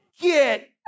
Get